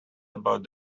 about